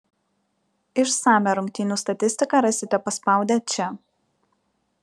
išsamią rungtynių statistiką rasite paspaudę čia